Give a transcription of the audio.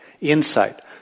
insight